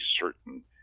certain